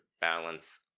balance